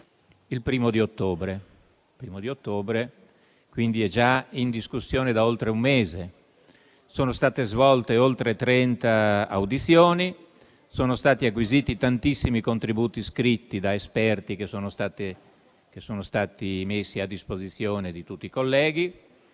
Il provvedimento, quindi, è già in discussione da oltre un mese. Sono state svolte oltre 30 audizioni e sono stati acquisiti tantissimi contributi scritti da parte di esperti, che sono stati messi a disposizione di tutti i colleghi